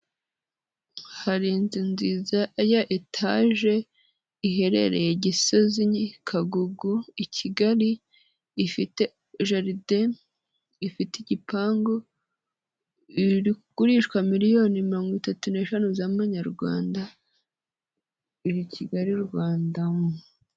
Hari inzu nziza ya etaje iherereye Gisozi, Kagugu, i Kigali, ifite jaride ifite igipangu, iri kugurishwa miliyoni mirongo itatu n'eshanu z'amanyarwanda, iri Kigali, Rwanda.